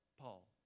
Paul